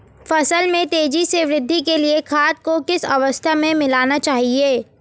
फसल में तेज़ी से वृद्धि के लिए खाद को किस अवस्था में मिलाना चाहिए?